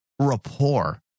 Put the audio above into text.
rapport